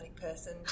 person